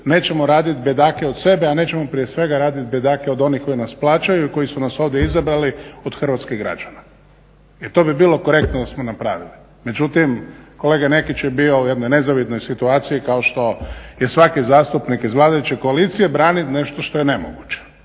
"nećemo radit bedake od sebe, a nećemo prije svega radit bedake od onih koji nas plaćaju i koji su nas ovdje izabrali od hrvatskih građana". I to bi bilo korektno da smo napravili. Međutim, kolega Nekić je bio u jednoj nezavidnoj situaciji kao što je svaki zastupnik iz vladajuće koalicije branit nešto što je nemoguće.